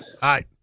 Hi